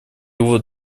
вот